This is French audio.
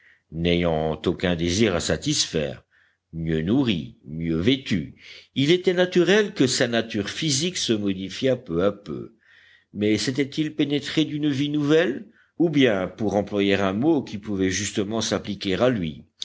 n'ayant aucun désir à satisfaire mieux nourri mieux vêtu il était naturel que sa nature physique se modifiât peu à peu mais s'était-il pénétré d'une vie nouvelle ou bien pour employer un mot qui pouvait justement s'appliquer à lui